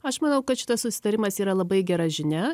aš manau kad šitas susitarimas yra labai gera žinia